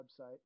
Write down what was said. website